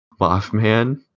Mothman